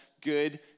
good